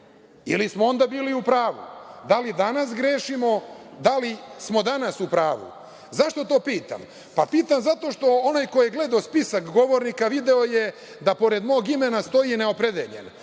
ili smo onda bili u pravu? Da li danas grešimo, da li smo danas u pravu? Zašto to pitam? Pitam zato što onaj ko je gledao spisak govornika, video je da pored mog imena stoji neopredeljen.